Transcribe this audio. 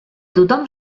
tothom